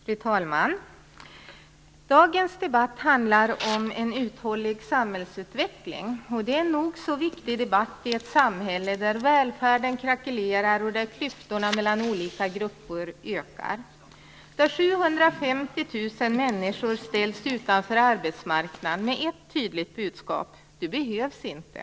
Fru talman! Dagens debatt handlar om en uthållig samhällsutveckling. Det är en nog så viktig debatt i ett samhälle där välfärden krakelerar, där klyftorna mellan olika grupper ökar och där 750 000 människor ställs utanför arbetsmarknaden med ett tydligt budskap: Du behövs inte.